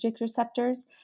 receptors